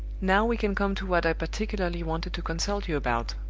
now we can come to what i particularly wanted to consult you about.